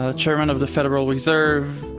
ah chairmen of the federal reserve,